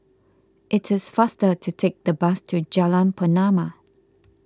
it is faster to take the bus to Jalan Pernama